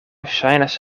ŝajnas